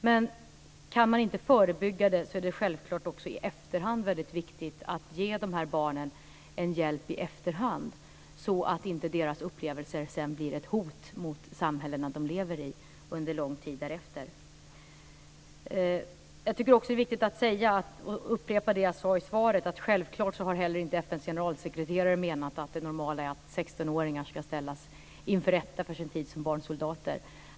Men om man inte kan förebygga det är det självklart också i efterhand väldigt viktigt att ge dessa barn hjälp, så att deras upplevelser sedan inte blir ett hot mot samhällena som de lever i under lång tid därefter. Jag tycker också att det är viktigt att upprepa det som jag sade i svaret, nämligen att FN:s generalsekreterare självklart inte heller har menat att det normala är att 16-åringar ska ställas inför rätta för sin tid som barnsoldater.